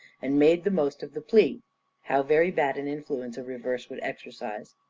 and made the most of the plea how very bad an influence a reverse would exercise.